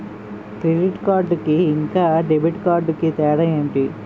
Credit card కి ఇంకా debit card కి తేడా ఏంటి?